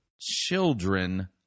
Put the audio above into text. children